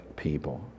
people